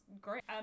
great